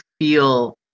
feel